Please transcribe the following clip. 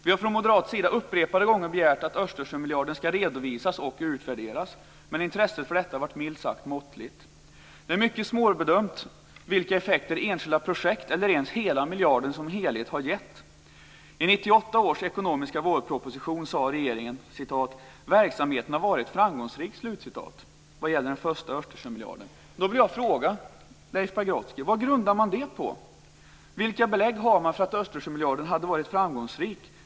Vi har från moderat sida upprepade gånger begärt att Östersjömiljarden ska redovisas och utvärderas. Men intresset för detta har milt sagt varit måttligt. Det är mycket svårbedömt vilka effekter enskilda projekt eller ens miljarden som helhet har gett. I 1998 års ekonomiska vårproposition skrev regeringen: Verksamheten har varit framgångsrik. Det gällde den första Östersjömiljarden. Då vill jag fråga Leif Pagrotsky: Vad grundar man det på? Vilka belägg har man för att Östersjömiljarden har varit framgångsrik?